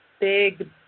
Big